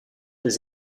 des